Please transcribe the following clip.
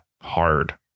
Hard